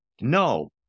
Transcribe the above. No